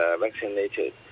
vaccinated